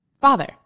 Father